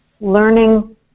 Learning